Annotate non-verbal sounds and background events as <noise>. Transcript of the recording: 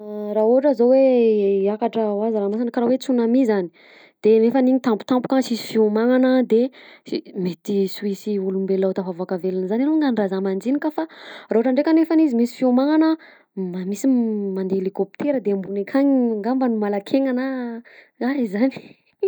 <hesitation> Raha ohatra zao hoe hiakatra aiza ranomasina karaha hoe tsunami zany de nefany iny tampotapoka tsisy fiomagnana de mety sy ho hisy olombelona ho tafavoaka velona zany longany raha zah mandinika fa raha ohatra ndrekany izy misy fiomagnana mba misy mandeha helicoptera de ambony akany gambany mangalak'aina na zany e zany. <laughs>